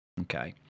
Okay